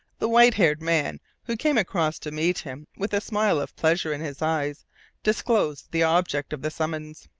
the white-haired man who came across to meet him with a smile of pleasure in his eyes disclosed the object of the summons.